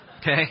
Okay